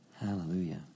Hallelujah